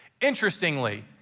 Interestingly